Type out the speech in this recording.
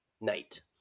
night